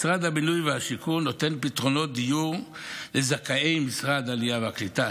משרד הבינוי והשיכון נותן פתרונות דיור לזכאי משרד העלייה והקליטה,